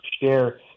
share